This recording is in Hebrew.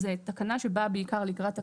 זו תקנה שבאה בעיקר לקראת הכטב"מים.